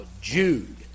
Jude